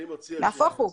נהפוך הוא.